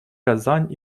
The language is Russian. казань